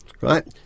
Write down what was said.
right